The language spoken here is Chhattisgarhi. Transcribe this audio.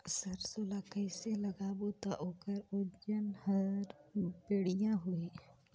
सरसो ला कइसे लगाबो ता ओकर ओजन हर बेडिया होही?